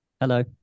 Hello